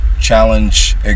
challenge